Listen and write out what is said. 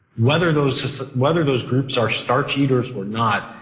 whether those whether those groups are starch eaters or not,